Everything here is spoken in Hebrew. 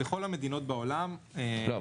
בכל המדינות בעולם --- לא,